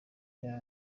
rya